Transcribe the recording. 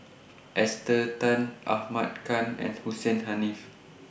Esther Tan Ahmad Khan and Hussein Haniff